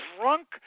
drunk